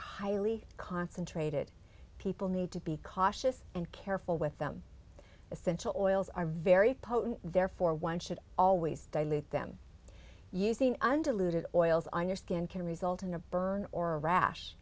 highly concentrated people need to be cautious and careful with them essential oils are very potent therefore one should always dilute them using undiluted oils on your skin can result in a burn or a rash